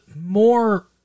more